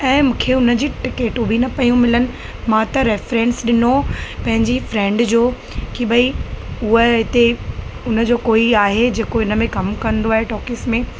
ऐं मूंखे उन जी टिकटूं बि न पियूं मिलनि मां त रैफरेंस ॾिनो पंहिंजी फ्रैंड जो की भाई उहा हिते उन जो कोई आहे जेको इन में कमु कंदो आहे टॉकिस में